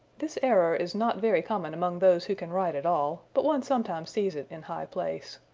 this error is not very common among those who can write at all, but one sometimes sees it in high place.